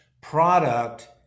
product